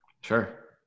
Sure